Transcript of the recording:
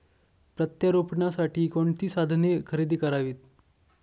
प्रत्यारोपणासाठी कोणती साधने खरेदी करावीत?